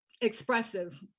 expressive